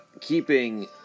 keeping